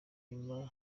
nyuma